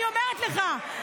אני אומרת לך,